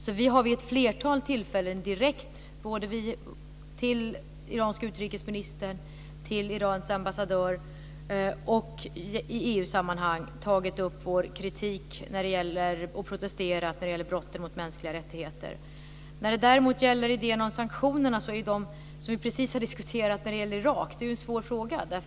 Vi har alltså vid ett flertal tillfällen direkt till den iranske utrikesministern och till Irans ambassadör och i EU-sammanhang tagit upp vår kritik och protesterat när det gäller brotten mot mänskliga rättigheter. När det däremot gäller idén om sanktionerna, som vi precis har diskuterat när det gäller Irak, är det en svår fråga.